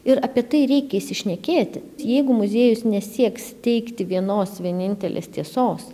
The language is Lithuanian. ir apie tai reikia išsišnekėti jeigu muziejus nesieks teikti vienos vienintelės tiesos